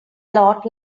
lot